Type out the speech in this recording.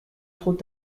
trop